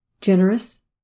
generous